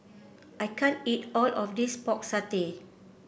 I can't eat all of this Pork Satay